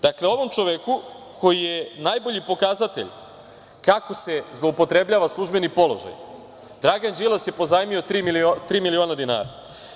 Dakle, ovom čoveku koji je najbolji pokazatelj kako se zloupotrebljava službeni položaj, Dragan Đilas je pozajmio tri miliona dinara.